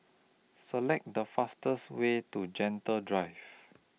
Select The fastest Way to Gentle Drive